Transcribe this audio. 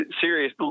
serious